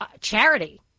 charity